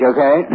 Okay